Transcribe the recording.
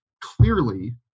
clearly